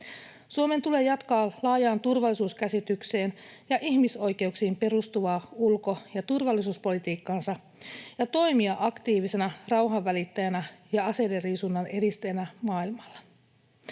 Suomen tulee jatkaa laajaan turvallisuuskäsitykseen ja ihmisoikeuksiin perustuvaa ulko- ja turvallisuuspolitiikkaansa ja toimia aktiivisena rauhanvälittäjänä ja aseidenriisunnan edistäjänä maailmalla.